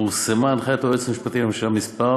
פורסמה הנחיית היועץ המשפטי לממשלה מס'